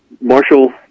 Marshall